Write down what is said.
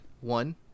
One